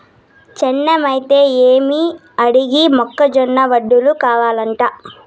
చేనేమైతే ఏమి ఆడికి మొక్క జొన్న వడలు కావలంట